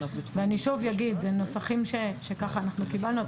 אני שוב אגיד, זה נוסחים שככה אנחנו קיבלנו.